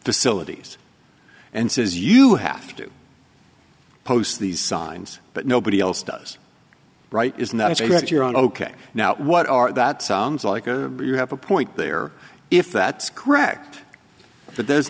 facilities and says you have to post these signs but nobody else does right isn't that if you had your own ok now what are that sounds like a you have a point there if that's correct but there